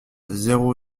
zéro